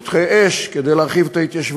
כולל ויתור על שטחי אש כדי להרחיב את ההתיישבות,